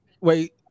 wait